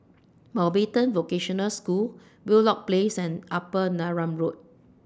Mountbatten Vocational School Wheelock Place and Upper Neram Road